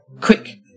Quick